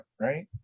Right